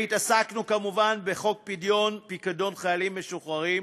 והתעסקנו כמובן בחוק פדיון פיקדון חיילים משוחררים,